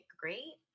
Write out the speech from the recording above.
great